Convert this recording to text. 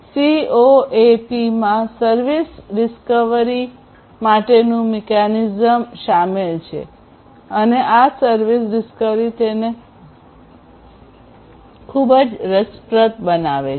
CoAPમાં service discovery માટેનું mechanism શામેલ છે અને આ સર્વિસ ડિસ્કવરી તેને ખૂબ જ રસપ્રદ બનાવે છે